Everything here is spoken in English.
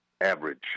average